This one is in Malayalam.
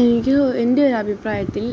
എനിക്ക് എൻ്റെ ഒരഭിപ്രായത്തിൽ